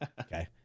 okay